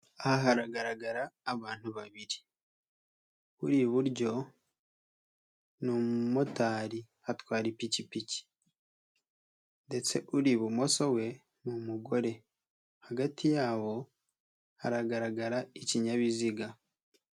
Aha haragaragara abantu babiri. Uri iburyo ni umumotari atwara ipikipiki ndetse uri ibumoso we, ni umugore. Hagati yabo haragaragara ikinyabiziga.